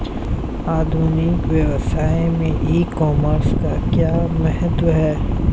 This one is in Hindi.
आधुनिक व्यवसाय में ई कॉमर्स का क्या महत्व है?